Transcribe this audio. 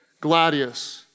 Gladius